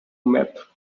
map